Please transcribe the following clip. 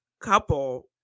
couple